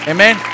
Amen